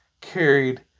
carried